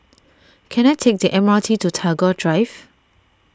can I take the M R T to Tagore Drive